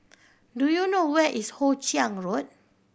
do you know where is Hoe Chiang Road